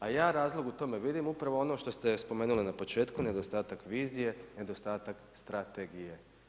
A ja razlog u tome vidim upravo ono što ste spomenuli na početku nedostatak vizije, nedostatak strategije.